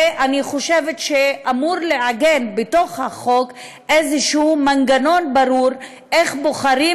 ואני חושבת שאמור להיות מעוגן בחוק איזשהו מנגנון ברור איך בוחרים